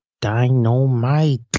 Dynamite